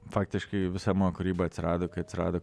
faktiškai visa kūryba atsirado kai atsirado